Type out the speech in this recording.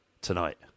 tonight